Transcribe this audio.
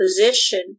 position